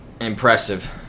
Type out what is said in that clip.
impressive